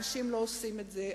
אנשים לא עושים את זה,